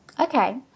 Okay